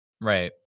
Right